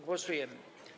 Głosujemy.